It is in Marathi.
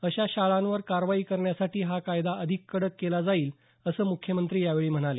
अशा शाळांवर कारवाई करण्यासाठी हा कायदा अधिक कडक केला जाईल असं मुख्यमंत्री यावेळी म्हणाले